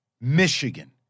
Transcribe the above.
Michigan